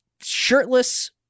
shirtless